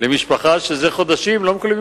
למשפחה שזה חודשים לא מקבלת כסף?